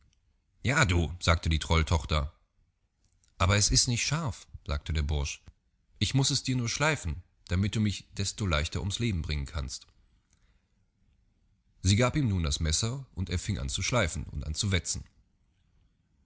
ja du sagte die trolltochter aber es ist nicht scharf sagte der bursch ich muß es dir nur schleifen damit du mich desto leichter ums leben bringen kannst sie gab ihm nun das messer und er fing an zu schleifen und zu wetzen